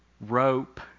rope